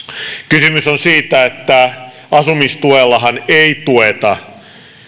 kysymys on siitä että asumistuellahan ei tueta